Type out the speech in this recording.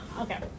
Okay